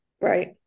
Right